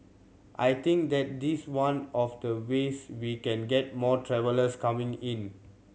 I think that is one of the ways we can get more travellers coming in